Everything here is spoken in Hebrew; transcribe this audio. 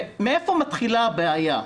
מאיפה מתחילה הבעיה?